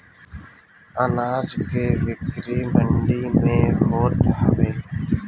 अनाज के बिक्री मंडी में होत हवे